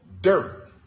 dirt